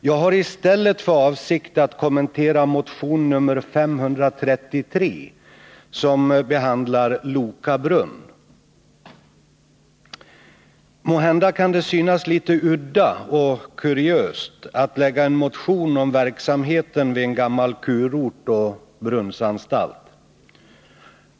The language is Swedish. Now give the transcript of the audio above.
Jag har i stället för avsikt att kommentera motion nr 533, där Loka brunn behandlas. Måhända kan det synas litet udda och kuriöst att lägga fram en motion om verksamheten vid en gammal kurort och brunnsanstalt.